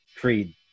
creed